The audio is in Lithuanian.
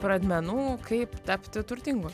pradmenų kaip tapti turtingu